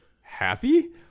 happy